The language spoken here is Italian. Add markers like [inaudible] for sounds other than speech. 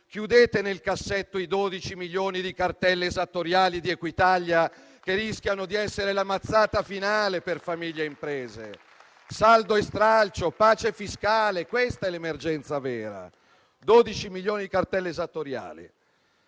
chiudete nel cassetto i 12 milioni di cartelle esattoriali di Equitalia, che rischiano di essere la mazzata finale per famiglie e imprese. [applause] Saldo e stralcio, pace fiscale. Questa è l'emergenza vera: 12 milioni di cartelle esattoriali.